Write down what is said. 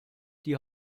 die